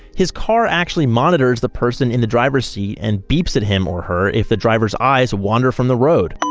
his car actually monitors the person in the driver's seat and beeps at him or her if the driver's eyes wander from the road